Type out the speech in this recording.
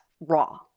raw